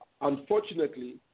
unfortunately